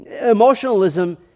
Emotionalism